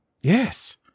Yes